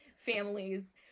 families